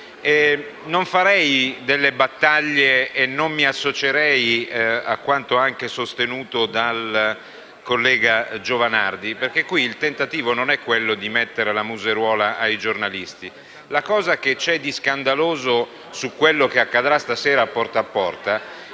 Non farei delle battaglie e non mi assocerei a quanto sostenuto dal collega Giovanardi, perché il tentativo non è quello di mettere la museruola ai giornalisti. L'aspetto scandaloso di quello che accadrà stasera a «Porta a Porta»